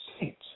Saints